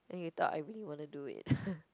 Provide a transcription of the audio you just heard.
then you thought I really wanna do it